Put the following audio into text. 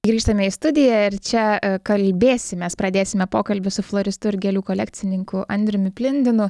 grįžtame į studiją ir čia kalbėsimės pradėsime pokalbį su flaristu ir gėlių kolekcininku andriumi plindinu